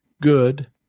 good